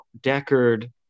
Deckard